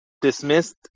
dismissed